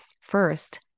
first